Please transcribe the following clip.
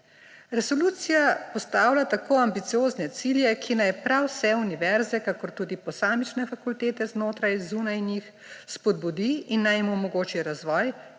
Resolucija postavlja tako ambiciozne cilje, ki naj prav vse univerze, kakor tudi posamične fakultete znotraj, zunaj njih spodbudi in naj jim omoči razvoj,